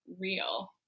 real